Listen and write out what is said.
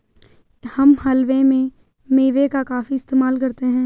हम हलवे में मेवे का काफी इस्तेमाल करते हैं